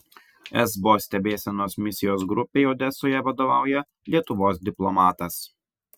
esbo stebėsenos misijos grupei odesoje vadovauja lietuvos diplomatas